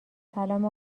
سلام